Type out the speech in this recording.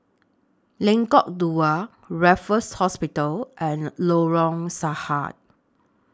Lengkok Dua Raffles Hospital and Lorong Sahad